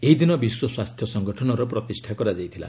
ଏହି ଦିନ ବିଶ୍ୱ ସ୍ୱାସ୍ଥ୍ୟ ସଂଗଠନର ପ୍ରତିଷ୍ଠା କରାଯାଇଥିଲା